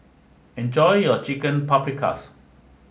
enjoy your Chicken Paprikas